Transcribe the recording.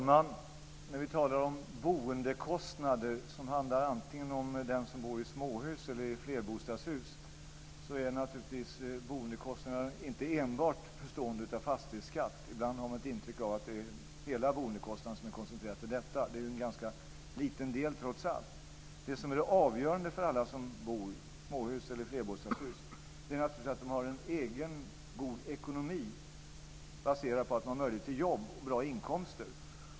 Herr talman! Boendekostnaderna är naturligtvis oavsett om det handlar om boende i småhus eller i flerbostadshus inte enbart beroende av fastighetsskatten. Man får ibland ett intryck att boendekostnaden helt är beroende av den, men den är trots allt en ganska liten del. Det som är avgörande för alla som bor, oavsett om det gäller småhus eller flerbostadshus, är naturligtvis att de har en god egen ekonomi baserad på möjligheter till jobb och bra inkomster.